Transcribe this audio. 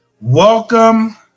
welcome